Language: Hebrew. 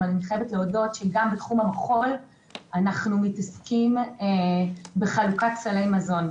אבל אני חייבת להודות שגם בתחום המחול אנחנו מתעסקים בחלוקת סלי מזון,